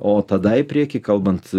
o tada į priekį kalbant